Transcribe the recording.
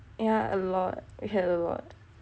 yah a lot we had a lot